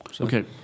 Okay